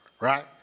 right